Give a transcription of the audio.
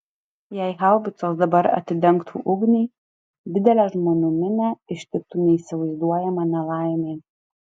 jei haubicos dabar atidengtų ugnį didelę žmonių minią ištiktų neįsivaizduojama nelaimė